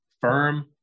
firm